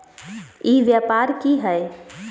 ई व्यापार की हाय?